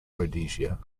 rhodesia